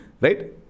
right